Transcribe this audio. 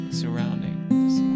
surroundings